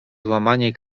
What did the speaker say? złamanie